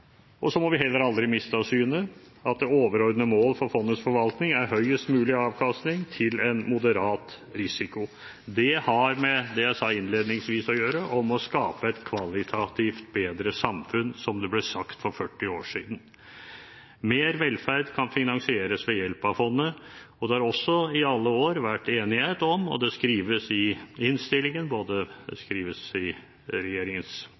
Så må vi heller aldri miste av syne at det overordnede målet for fondets forvaltning er høyest mulig avkastning til en moderat risiko. Det har med det jeg sa innledningsvis, å gjøre, om å skape «et kvalitativt bedre samfunn», som det ble sagt for 40 år siden. Mer velferd kan finansieres ved hjelp av fondet, og det har også i alle år vært enighet om – det skrives fra komiteen i innstillingen, det skrives i regjeringens